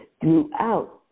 throughout